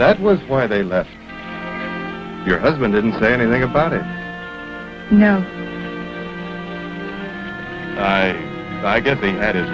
that was why they left your husband didn't say anything about it no i i get the that is